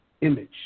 Image